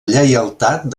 lleialtat